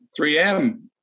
3M